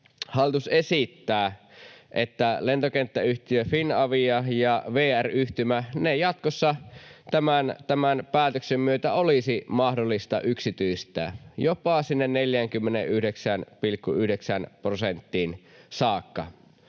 hallitus esittää, että lentokenttäyhtiö Finavia ja VR-Yhtymä jatkossa tämän päätöksen myötä olisi mahdollista yksityistää jopa sinne 49,9 prosenttiin saakka.